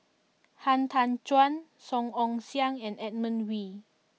Han Tan Juan Song Ong Siang and Edmund Wee